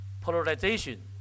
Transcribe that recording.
polarization